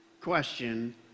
question